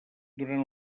durant